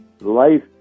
Life